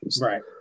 Right